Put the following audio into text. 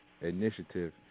initiative